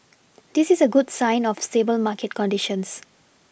this is a good sign of stable market conditions